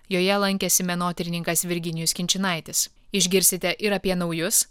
joje lankėsi menotyrininkas virginijus kinčinaitis išgirsite ir apie naujus